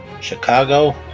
Chicago